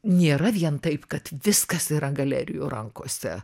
nėra vien taip kad viskas yra galerijų rankose